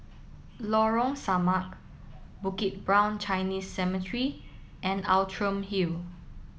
Lorong Samak Bukit Brown Chinese Cemetery and Outram Hill